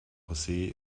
josé